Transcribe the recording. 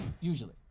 Usually